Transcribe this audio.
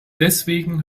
deswegen